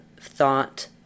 thought